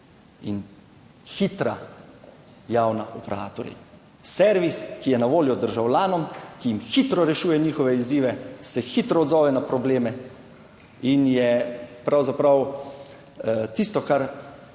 in hitra javna uprava, torej servis, ki je na voljo državljanom, ki jim hitro rešuje njihove izzive, se hitro odzove na probleme in je pravzaprav tisto, kar